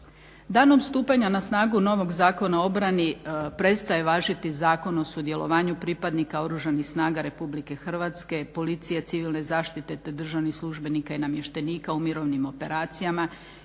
Danom stupanja na snagu novog Zakona o obrani prestaje važiti Zakon o sudjelovanju pripadnika Oružanih snaga Republike Hrvatske, policije, civilne zaštite te državnih službenika i namještenika u mirovnim operacijama